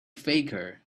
faker